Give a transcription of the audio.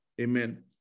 amen